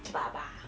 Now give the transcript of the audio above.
ba~ ba~